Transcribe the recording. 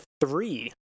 three